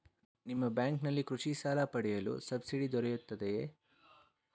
ನಿಮ್ಮ ಬ್ಯಾಂಕಿನಲ್ಲಿ ಕೃಷಿ ಸಾಲ ಪಡೆಯಲು ಸಬ್ಸಿಡಿ ದೊರೆಯುತ್ತದೆಯೇ?